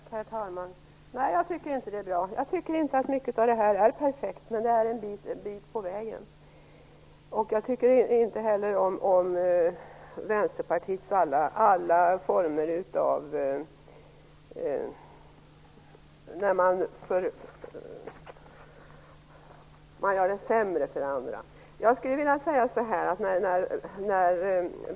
Herr talman! Nej, jag tycker inte att det är bra. Det är mycket av det här som inte är perfekt, men det är en bit på vägen. Jag tycker inte heller om alla Vänsterpartiets försämringar.